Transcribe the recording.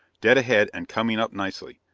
dead ahead, and coming up nicely.